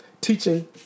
teaching